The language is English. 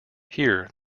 here